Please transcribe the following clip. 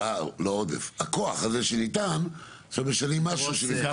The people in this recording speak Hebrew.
זה גם